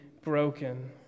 broken